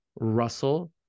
Russell